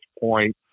point